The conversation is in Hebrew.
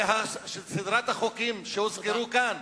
וסדרת החוקים שהוזכרו כאן.